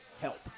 help